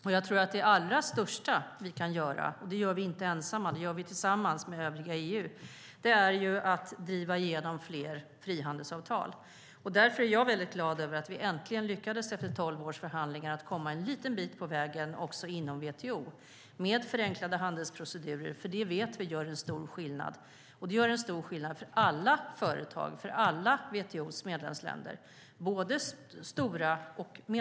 Det mest angelägna som vi kan göra - det gör vi inte ensamma, utan det gör vi tillsammans med övriga EU - är att driva igenom fler frihandelsavtal. Därför är jag väldigt glad över att vi efter tolv års förhandlingar äntligen lyckades att komma en liten bit på vägen också inom WTO när det gäller förenklade handelsprocedurer. Vi vet att det gör en stor skillnad för stora, medelstora och små företag och för alla WTO:s medlemsländer.